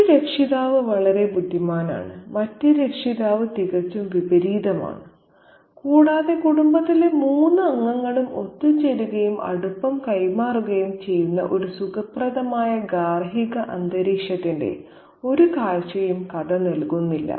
ഒരു രക്ഷിതാവ് വളരെ ബുദ്ധിമാനാണ് മറ്റേ രക്ഷിതാവ് തികച്ചും വിപരീതമാണ് കൂടാതെ കുടുംബത്തിലെ മൂന്ന് അംഗങ്ങളും ഒത്തുചേരുകയും അടുപ്പം കൈമാറുകയും ചെയ്യുന്ന ഒരു സുഖപ്രദമായ ഗാർഹിക അന്തരീക്ഷത്തിന്റെ ഒരു കാഴ്ചയും കഥ നൽകുന്നില്ല